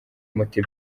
moto